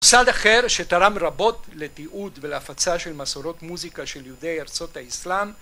מוסד אחר שתרם רבות לתיעוד ולהפצה של מסורות מוזיקה של יהודי ארצות האיסלאם